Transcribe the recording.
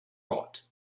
rot